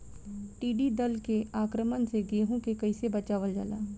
टिडी दल के आक्रमण से गेहूँ के कइसे बचावल जाला?